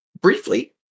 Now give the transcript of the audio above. Briefly